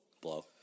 Blow